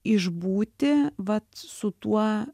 išbūti vat su tuo